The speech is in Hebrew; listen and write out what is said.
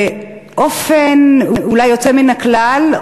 באופן אולי יוצא מן הכלל,